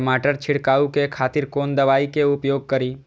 टमाटर छीरकाउ के खातिर कोन दवाई के उपयोग करी?